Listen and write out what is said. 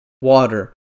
water